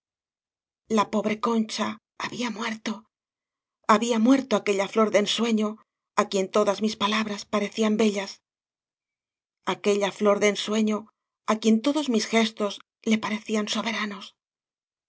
la pobre con cha había muerto había muerto aquella ñor de ensueño á quien todas mis palabras pare cían bellas aquella flor de ensueño á quien todos mis gestos le parecían soberanos